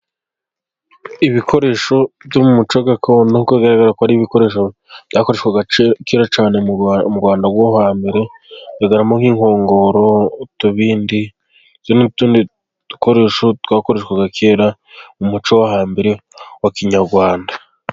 Ibikoresho byo mu muco gakondo bigaragara ko ari ibikoresho byakoreshwaga kera cyane mu Rwanda rwo hambere, bigaragaramo nk'inkongoro, utubindi n'utundi dukoresho twakoreshwaga kera mu muco wo hambere, wa kinyarwanda.